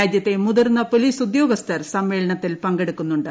രാജ്യത്തെ മുതിർന്ന പോലീസ് ഉദ്യോഗസ്ഥർ സമ്മേളനത്തിൽ പങ്കെടുക്കുന്നുണ്ട്